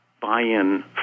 buy-in